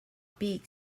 big